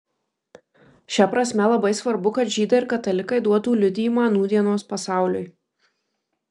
šia prasme labai svarbu kad žydai ir katalikai duotų liudijimą nūdienos pasauliui